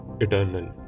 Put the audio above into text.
eternal